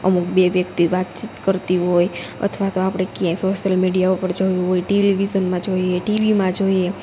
અમુક બે વ્યક્તિ વાતચીત કરતી હોય અથવા તો આપડે ક્યાંય સોસિયલ મીડિયા ઉપર જોયું હોય ટેલિવિઝનમાં જોઈએ ટીવીમાં જોઈએ